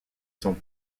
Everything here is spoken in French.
sont